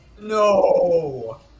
No